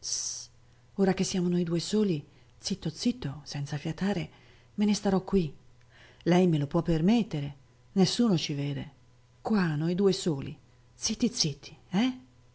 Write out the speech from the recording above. sss ora che siamo noi due soli zitto zitto senza fiatare me ne starò qui lei me lo può permettere nessuno ci vede qua noi due soli zitti zitti eh